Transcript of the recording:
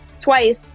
twice